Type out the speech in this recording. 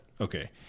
Okay